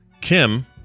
kim